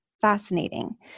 fascinating